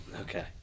Okay